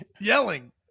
Yelling